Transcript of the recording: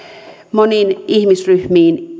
monilla ihmisryhmillä